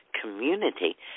community